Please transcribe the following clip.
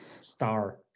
star